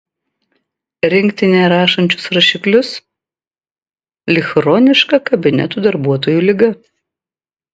rinkti nerašančius rašiklius lyg chroniška kabinetų darbuotojų liga